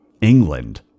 England